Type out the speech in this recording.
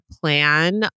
plan